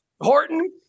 Horton